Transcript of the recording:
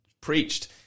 preached